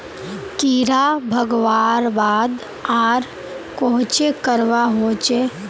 कीड़ा भगवार बाद आर कोहचे करवा होचए?